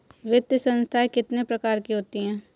वित्तीय संस्थाएं कितने प्रकार की होती हैं?